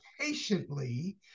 patiently